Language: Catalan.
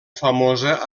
famosa